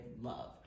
love